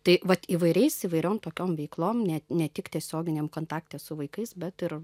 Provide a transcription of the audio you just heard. tai vat įvairiais įvairiom tokiom veiklom net ne tik tiesioginiam kontakte su vaikais bet ir